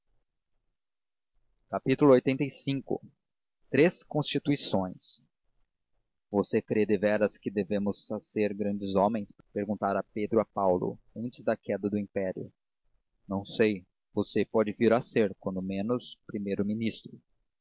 si lxxxv três constituições você crê deveras que venhamos a ser grandes homens perguntara pedro a paulo antes da queda do império não sei você pode vir a ser quando menos